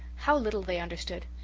how little they understood.